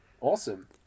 Awesome